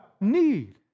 need